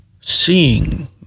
seeing